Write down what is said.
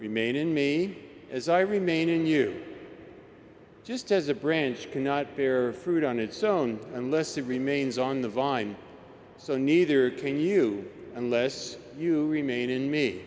made in me as i remain in you just as a branch cannot bear fruit on its own unless it remains on the vine so neither can you unless you remain in me